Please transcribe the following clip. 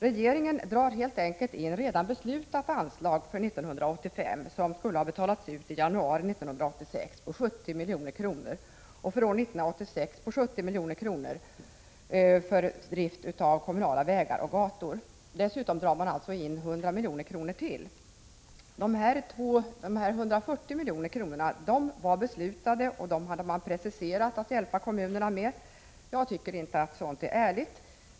Regeringen drar helt enkelt in redan beslutade ansiag för drift av kommunala vägar och gator på 70 milj.kr. för 1985, som skulle ha betalats ut i januari 1986, och på 70 milj.kr. för 1986. Dessutom drar regeringen in 100 milj.kr. till. De 140 miljonerna var redan beslutade, och man hade preciserat att kommunerna skulle hjälpas med denna summa. Jag tycker inte att sådant är ärligt.